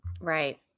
Right